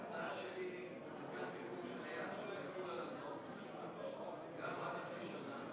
ההצעה שלי היא שזה יחול על הלוואות גם אחרי שנה,